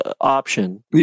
option